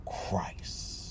Christ